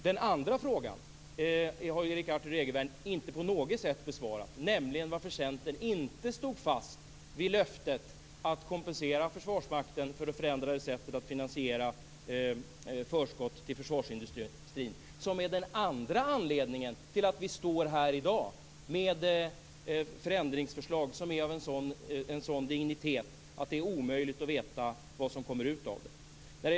Den andra frågan har Erik Arthur Egervärn inte på något sätt besvarat, nämligen varför Centern inte stod fast vid löftet att kompensera Försvarsmakten för det förändrade sättet att finansiera förskott till försvarsindustrin. Det är den andra anledningen till att vi står här i dag med förändringsförslag av sådan dignitet att det är omöjligt att veta vad som kommer ut av dem.